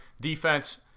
Defense